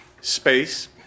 Space